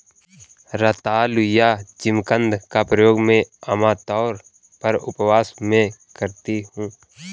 रतालू या जिमीकंद का प्रयोग मैं आमतौर पर उपवास में करती हूँ